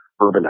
urbanized